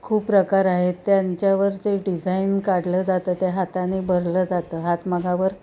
खूप प्रकार आहेत त्यांच्यावर जे डिझाईन काढलं जातं त्या हाताने बरलं जातं हातमागावर